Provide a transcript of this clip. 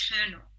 eternal